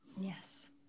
Yes